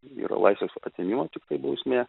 yra laisvės atėmimo tiktai bausmė